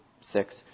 six